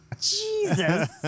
Jesus